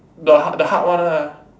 the heart the heart one ah